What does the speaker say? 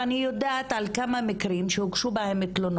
ואני יודעת על כמה מקרים שבהם הוגשו תלונות,